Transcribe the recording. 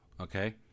okay